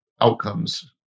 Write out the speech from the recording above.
outcomes